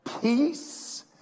peace